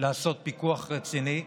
לעשות פיקוח רציני,